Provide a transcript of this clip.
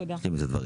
תודה.